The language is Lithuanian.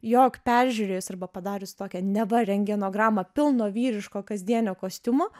jog peržiūrėjus arba padarius tokią neva rentgenogramą pilno vyriško kasdienio kostiumo